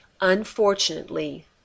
Unfortunately